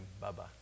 bye-bye